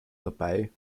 dabei